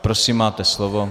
Prosím, máte slovo.